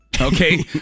Okay